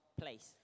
place